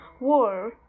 War